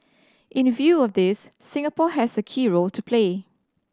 in view of this Singapore has a key role to play